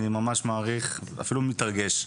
אני ממש מעריך ואפילו מתרגש.